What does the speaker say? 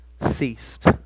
ceased